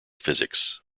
physics